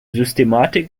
systematik